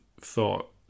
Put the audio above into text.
thought